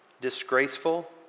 disgraceful